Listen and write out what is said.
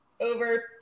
over